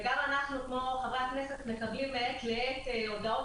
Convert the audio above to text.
וכמו חברי הכנסת גם אנחנו מקבלים מעת לעת הודעות